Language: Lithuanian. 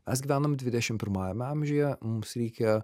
mes gyvenam dvidešim pirmajame amžiuje mums reikia